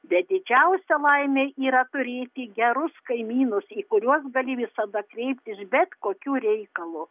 bet didžiausia laimė yra turėti gerus kaimynus į kuriuos gali visada kreiptis bet kokiu reikalu